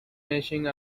machines